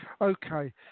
okay